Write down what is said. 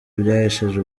byahesheje